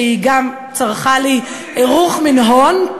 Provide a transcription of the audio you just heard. שהיא גם צרחה לי "רוח מן הון",